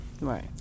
right